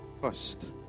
First